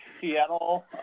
Seattle